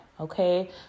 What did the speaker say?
okay